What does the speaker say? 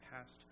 past